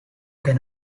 can